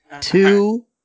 Two